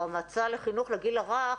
או המועצה לחינוך לגיל הרך,